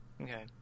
Okay